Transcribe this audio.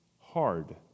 hard